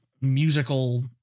musical